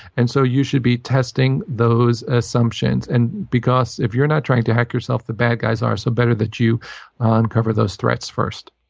and so you should be testing those assumptions. and because if you're not trying to hack yourself, the bad guys are. so better that you uncover those threats first.